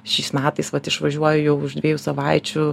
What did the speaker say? šiais metais vat išvažiuoju jau už dviejų savaičių